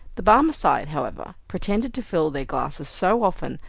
the barmecide, however, pretended to fill their glasses so often,